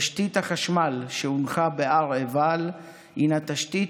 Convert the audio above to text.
תשתית החשמל שהונחה בהר עיבל הינה תשתית